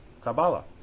Kabbalah